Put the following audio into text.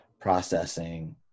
processing